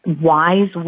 wise